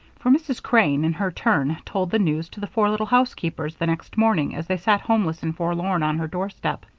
for mrs. crane, in her turn, told the news to the four little housekeepers the next morning as they sat homeless and forlorn on her doorstep.